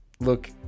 Look